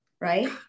Right